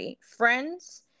friends